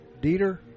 Dieter